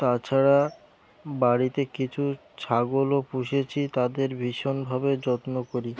তাছাড়া বাড়িতে কিছু ছাগলও পুষেছি তাদের ভীষণভাবে যত্ন করি